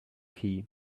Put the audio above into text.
key